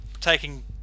taking